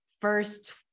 first